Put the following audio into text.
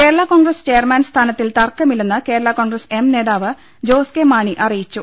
Kerala Congress chairman സ്ഥാനത്തിൽ തർക്കമില്ലെന്ന് Kerala Congress M നേതാവ് ജോസ് കെ മാണി അറിയി ച്ചു